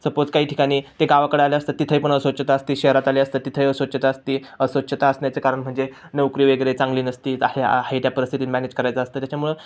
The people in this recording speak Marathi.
सपोज काही ठिकाणी ते गावाकडं आले असतात तिथेही पण अस्वच्छता असते शहरात आले असतात तिथेही अस्वच्छता असते अस्वच्छता असण्याचे कारण म्हणजे नोकरी वगैरे चांगली नसती तर हे आहे आहे त्या परिस्थितीत मॅनेज करायचं असतं त्याच्यामुळं